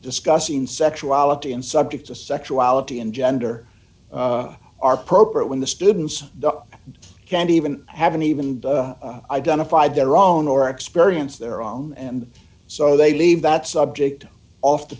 discussing sexuality and subject to sexuality and gender are procrit when the students can't even haven't even identified their own or experienced their own and so they leave that subject off the